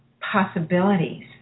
possibilities